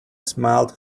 smiled